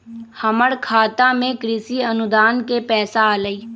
हमर खाता में कृषि अनुदान के पैसा अलई?